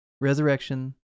Resurrection